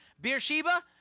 beersheba